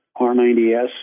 r90s